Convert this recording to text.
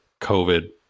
covid